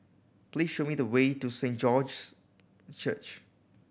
please show me the way to Saint George's Church